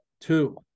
Two